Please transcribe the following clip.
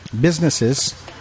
businesses